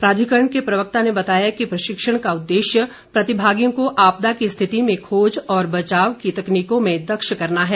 प्राधिकरण के प्रवक्ता ने बताया कि प्रशिक्षण का उद्देश्य प्रतिभागियों को आपदा की स्थिति में खोज और बचाव की तकनीकों में दक्ष करना है